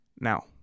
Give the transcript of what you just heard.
Now